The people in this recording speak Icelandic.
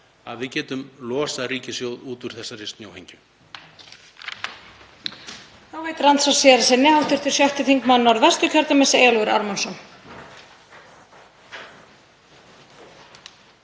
að við getum losað ríkissjóð út úr þessari snjóhengju.